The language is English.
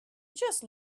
just